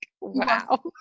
wow